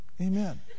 Amen